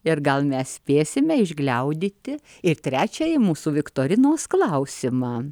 ir gal mes spėsime išgliaudyti ir trečiąjį mūsų viktorinos klausimą